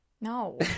No